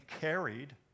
carried